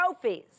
trophies